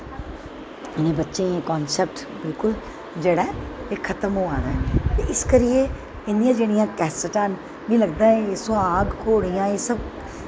इ'नें बच्चें गी कनसैप्ट बिल्कुल बी जेह्ड़ा खत्म होआ दा ऐ ते इस करियै इंदियां जेह्ड़ियां कैस्टां न मिगी लगदा ऐ सोहाग घोड़ियां एह् सब